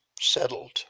settled